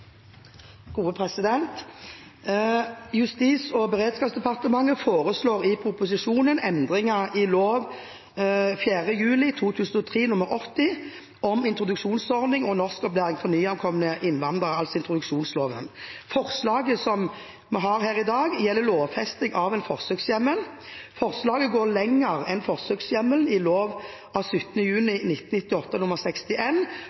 Justis- og beredskapsdepartementet foreslår i proposisjonen endringer i lov av 4. juli 2003 nr. 80 om introduksjonsordning og norskopplæring for nyankomne innvandrere, altså introduksjonsloven. Forslaget gjelder lovfesting av en forsøkshjemmel. Forslaget går lenger enn forsøkshjemmelen i lov av